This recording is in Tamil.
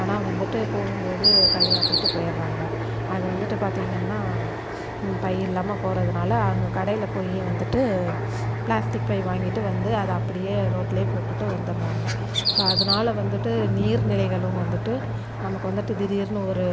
ஆனால் வந்துட்டு போகும்போது கையை ஆட்டிகிட்டு போயிடுறாங்க அது வந்துட்டு பார்த்திங்கன்னா பை இல்லாமல் போகிறதுனால அங்கே கடையில் போய் வந்துட்டு பிளாஸ்டிக் பை வாங்கிட்டு வந்து அதை அப்படியே ரோட்லேயே போட்டுவிட்டு வந்துடுறாங்க ஸோ அதனால வந்துட்டு நீர் நிலைகளும் வந்துட்டு நமக்கு வந்துட்டு திடீரெனு ஒரு